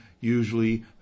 usually